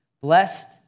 blessed